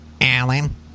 Alan